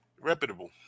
reputable